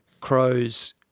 crows